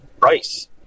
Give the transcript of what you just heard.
price